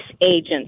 agents